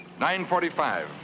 9.45